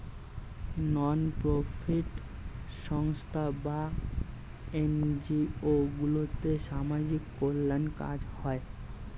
নন profit সংস্থা বা NGO গুলোতে সামাজিক কল্যাণের কাজ হয়